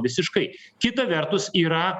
visiškai kita vertus yra